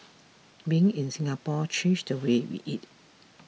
being in Singapore changed the way we eat